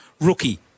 rookie